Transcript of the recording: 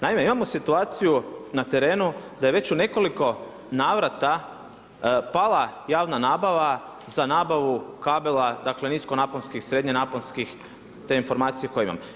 Naime, imamo situaciju ne trenu da je već u nekoliko navrata pala javna nabava za nabavu kabela niskonaponskih, srednje naponskih te informacije koje imam.